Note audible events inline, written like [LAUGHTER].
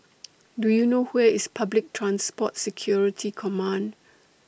[NOISE] Do YOU know Where IS Public Transport Security Command